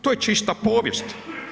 To je čista povijest.